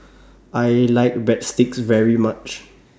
I like Breadsticks very much